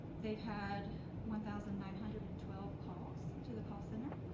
they've had one thousand nine hundred and twelve calls to the call center.